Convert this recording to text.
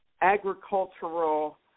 agricultural